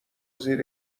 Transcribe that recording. زیر